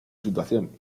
situación